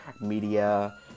media